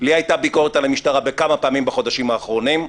לי הייתה ביקורת על המשטרה כמה פעמים בחודשים האחרונים,